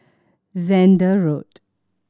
Zehnder Road